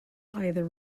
either